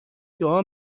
دعا